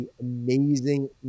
amazing